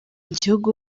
gihugu